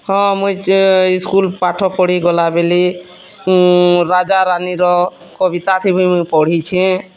ହଁ ମୁଇଁ ସ୍କୁଲ୍ ପାଠପଢ଼ି ଗଲାବେଲେ ମୁଁ ରାଜା ରାନୀର କବିତା ସେ ବି ମୁଇଁ ପଢ଼ିଛେଁ